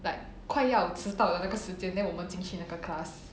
like 快要迟到了那个时间 then 我们进去那个 class